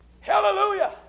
Hallelujah